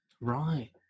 Right